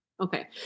Okay